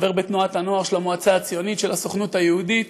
חבר בתנועת הנוער של המועצה הציונית של הסוכנות היהודית,